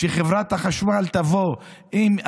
שחברת החשמל תבוא עם,